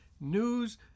News